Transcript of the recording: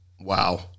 Wow